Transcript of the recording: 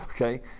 okay